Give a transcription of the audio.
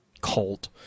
cult